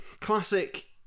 classic